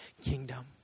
kingdom